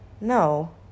no